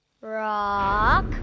Rock